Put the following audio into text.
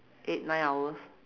eight nine hours